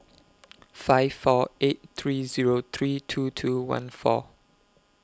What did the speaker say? five four eight three Zero three two two one four